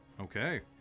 Okay